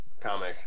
comic